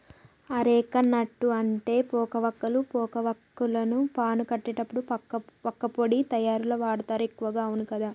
areca nut అంటే పోక వక్కలు, పోక వాక్కులను పాను కట్టేటప్పుడు వక్కపొడి తయారీల వాడుతారు ఎక్కువగా అవును కదా